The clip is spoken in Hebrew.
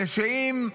זה שאם,